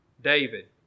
David